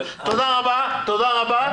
תודה רבה.